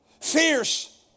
Fierce